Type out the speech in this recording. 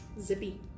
Zippy